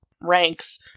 ranks